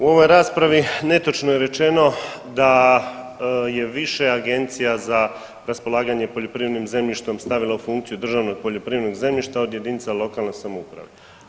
U ovoj raspravi netočno je rečeno da je više agencija za raspolaganje poljoprivrednim zemljištem stavilo u funkciju državna poljoprivredna zemljišta od jedinica lokalne samouprave.